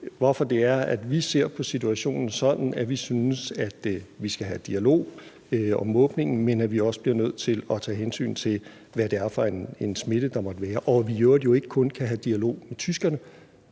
hvorfor det er, vi ser sådan på situationen, at vi synes, vi skal have dialog om åbningen, men at vi også bliver nødt til at tage hensyn til, hvad det er for en smitte, der måtte være – og at vi i øvrigt jo ikke kun skal have dialog med tyskerne,